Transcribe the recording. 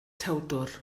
tewdwr